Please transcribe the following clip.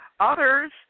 Others